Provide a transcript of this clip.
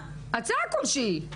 הצעה כלשהי.